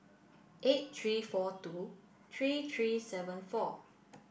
eight three four two three three seven four